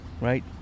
Right